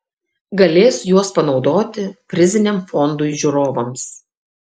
galės juos panaudoti priziniam fondui žiūrovams